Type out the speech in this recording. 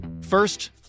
First